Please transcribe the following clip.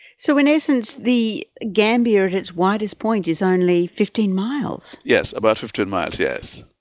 so in essence the gambia at its widest point is only fifteen miles. yes, about fifteen miles, yes.